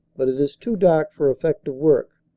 but it is too dark for effective work,